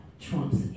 trumps